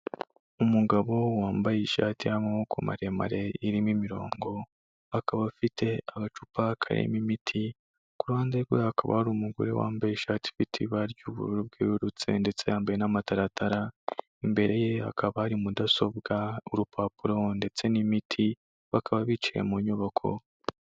Umugabo wambaye ishati y'amaboko maremare irimo imirongo, akaba afite agacupa karimo imiti ku ruhande rwe hakaba hari umugore wambaye ishati ifite ibara ry'ubururu bwerurutse ndetse yambaye n'amataratara imbere ye hakaba hari mudasobwa urupapuro ndetse n'imiti bakaba bicaye mu nybako.